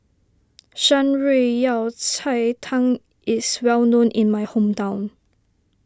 Shan Rui Yao Cai Tang is well known in my hometown